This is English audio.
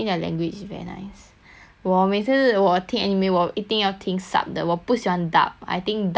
我每次我听 anime 我一定要听 sub 的我不喜欢 dub I think dub is for stupid people